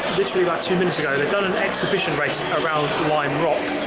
literally about two minutes ago they've done an exhibition race around lime rock.